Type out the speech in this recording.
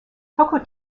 coco